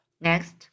next